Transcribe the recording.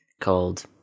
called